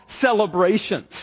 celebrations